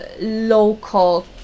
local